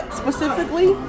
specifically